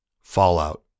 Fallout